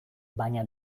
baina